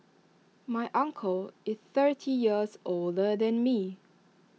my uncle is thirty years older than me